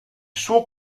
suo